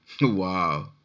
Wow